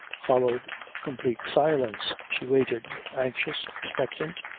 followed complete silence. she waited, anxious, expectant,